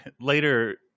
later